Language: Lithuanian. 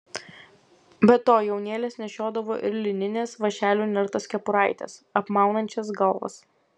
be to jaunėlės nešiodavo ir linines vąšeliu nertas kepuraites apmaunančias galvas